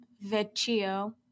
Vecchio